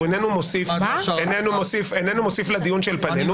הוא איננו מוסיף לדיון שלפנינו.